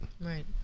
Right